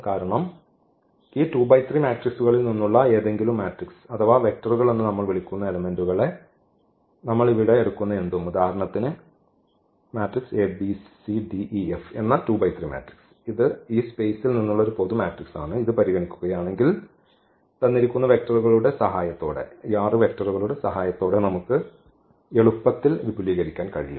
കാരണം ഈ മെട്രിക്സുകളിൽ നിന്നുള്ള ഏതെങ്കിലും മാട്രിക്സ് അഥവാ വെക്റ്ററുകളെന്ന് നമ്മൾ വിളിക്കുന്ന എലെമെന്റുകളെ നമ്മൾ ഇവിടെ എടുക്കുന്ന എന്തും ഉദാഹരണത്തിന് എന്ന മാട്രിക്സ് ഇത് ഈ സ്പെയ്സ്ൽ നിന്നുള്ള ഒരു പൊതു മാട്രിക്സ് ആണ് ഇത് പരിഗണിക്കുകയാണെങ്കിൽ ഈ വെക്റ്ററുകളുടെ സഹായത്തോടെ നമുക്ക് എളുപ്പത്തിൽ വിപുലീകരിക്കാൻ കഴിയും